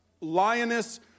lioness